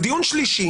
זה דיון שלישי.